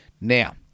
Now